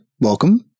welcome